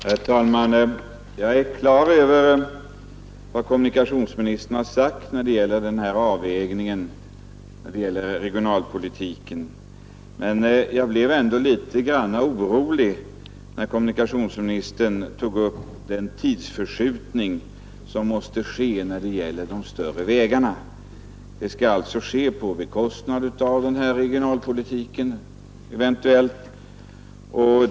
Herr talman! Jag är på det klara med vad kommunikationsministern har sagt om avvägningen och regionalpolitiken. Men jag blir ändå litet orolig när kommunikationsministern tar upp den tidsförskjutning som måste ske när det gäller de större vägarna. Den skall alltså ske till förmån för regionalpolitiken.